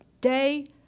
day